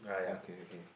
ya okay okay